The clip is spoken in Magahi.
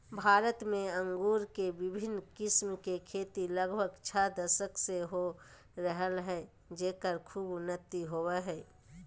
भारत में अंगूर के विविन्न किस्म के खेती लगभग छ दशक से हो रहल हई, जेकर खूब उन्नति होवअ हई